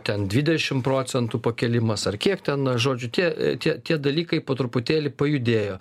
ten dvidešim procentų pakėlimas ar kiek ten žodžiu tie tie tie dalykai po truputėlį pajudėjo